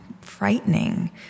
frightening